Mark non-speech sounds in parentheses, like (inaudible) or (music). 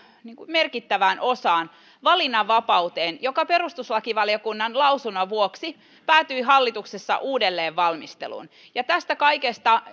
merkittävään osaan valinnanvapauteen joka perustuslakivaliokunnan lausunnon vuoksi päätyi hallituksessa uudelleenvalmisteluun tästä kaikesta (unintelligible)